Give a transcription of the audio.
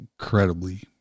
incredibly